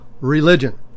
religion